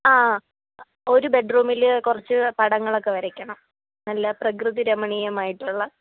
ആ ഒരു ബെഡ്റൂമില് കുറച്ച് പടങ്ങളൊക്കെ വരയ്ക്കണം നല്ല പ്രകൃതിരമണീയമായിട്ടുള്ള